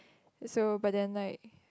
so but then like